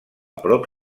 prop